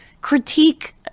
critique